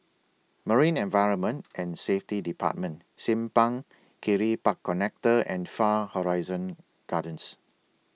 Marine Environment and Safety department Simpang Kiri Park Connector and Far Horizon Gardens